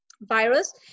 virus